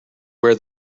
wear